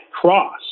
cross